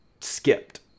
skipped